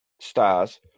stars